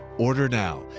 order now.